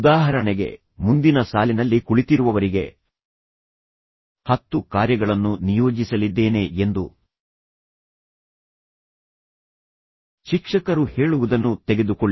ಉದಾಹರಣೆಗೆ ಮುಂದಿನ ಸಾಲಿನಲ್ಲಿ ಕುಳಿತಿರುವವರಿಗೆ ಹತ್ತು ಕಾರ್ಯಗಳನ್ನು ನಿಯೋಜಿಸಲಿದ್ದೇನೆ ಎಂದು ಶಿಕ್ಷಕರು ಹೇಳುವುದನ್ನು ತೆಗೆದುಕೊಳ್ಳಿ